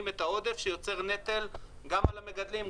את העודף שיוצר נטל גם על המגדלים,